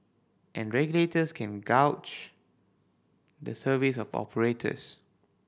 and regulators can gauge the service of operators